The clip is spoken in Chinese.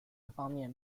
方面